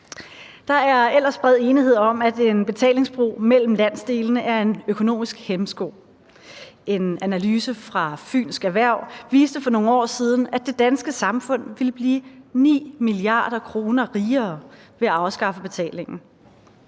Der er ellers bred enighed om, at en betalingsbro mellem landsdelene er en økonomisk hæmsko. En analyse fra Fynsk Erhverv viste for nogle år siden, at det danske samfund ville blive 9 mia. kr. rigere ved at afskaffe betalingen.